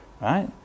Right